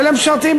ולמשרתים,